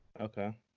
Okay